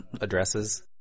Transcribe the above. addresses